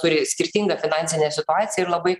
turi skirtingą finansinę situaciją ir labai